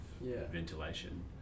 ventilation